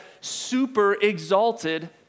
super-exalted